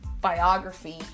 biography